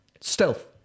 Stealth